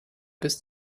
bis